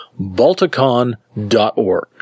Balticon.org